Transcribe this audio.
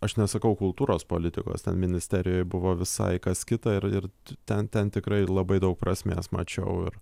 aš nesakau kultūros politikos ten ministerijoj buvo visai kas kita ir ir ten ten tikrai labai daug prasmės mačiau ir